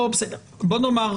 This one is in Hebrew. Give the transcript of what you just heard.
בוא נאמר,